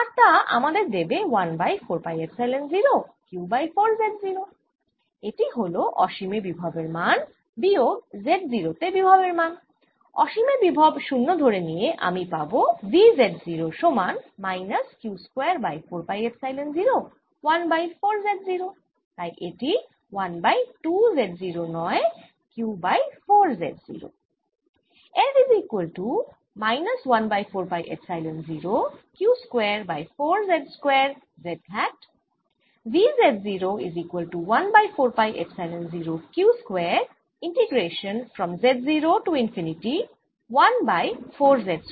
আর তা আমাদের দেবে 1 by 4 pi epsilon 0 q by 4 z0 এটি হল অসীমে বিভবের মান বিয়োগ Z 0 তে বিভবের মান অসীমে বিভব 0 ধরে নিয়ে আমি পাবো V Z 0 সমান minus q square by 4 pi epsilon 0 1 by 4 z0